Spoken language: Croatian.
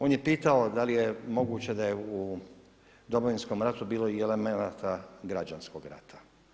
On je pitao da li je moguće da je u Domovinskom ratu bilo elemenata građanskog rata.